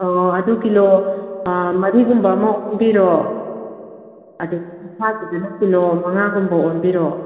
ꯑꯧ ꯑꯗꯨ ꯀꯤꯂꯣ ꯃꯔꯤꯒꯨꯝꯕ ꯑꯃ ꯑꯣꯟꯕꯤꯔꯣ ꯑꯗꯒꯤ ꯀꯤꯂꯣ ꯃꯉꯥꯒꯨꯝꯕ ꯑꯣꯟꯕꯤꯔꯣ